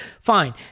fine